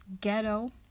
ghetto